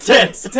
Tits